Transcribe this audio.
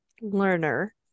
learner